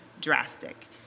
drastic